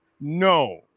No